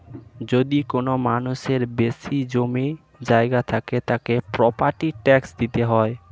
যদি কোনো মানুষের বেশি জমি জায়গা থাকে, তাকে প্রপার্টি ট্যাক্স দিতে হয়